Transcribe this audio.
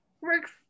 Works